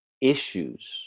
issues